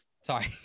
Sorry